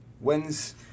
wins